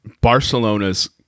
Barcelona's